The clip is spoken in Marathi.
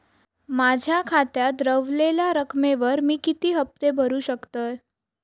माझ्या खात्यात रव्हलेल्या रकमेवर मी किती हफ्ते भरू शकतय?